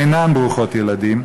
אינן ברוכות ילדים,